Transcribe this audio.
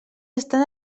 estan